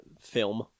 film